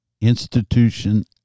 institution